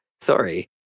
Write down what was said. Sorry